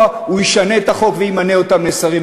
הוא ישנה את החוק וימנה אותם לשרים,